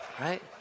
Right